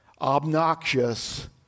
obnoxious